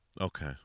Okay